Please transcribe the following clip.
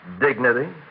dignity